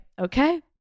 okay